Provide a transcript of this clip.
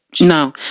No